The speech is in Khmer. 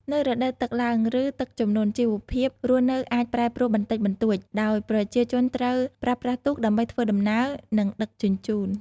នៅរដូវទឹកឡើង ឬទឹកជំនន់ ជីវភាពរស់នៅអាចប្រែប្រួលបន្តិចបន្តួច ដោយប្រជាជនត្រូវ ប្រើប្រាស់ទូក ដើម្បីធ្វើដំណើរ និងដឹកជញ្ជូន ។